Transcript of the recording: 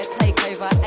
takeover